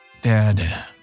Dad